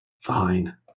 Fine